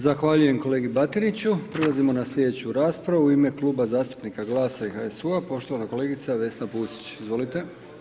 Zahvaljujem kolegi Batniću, prelazimo na sljedeću raspravu, u ime Kluba zastupnika GLAS-a i HSU-a poštovana kolegica Vesna Pusić, izvolite.